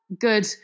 good